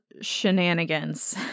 shenanigans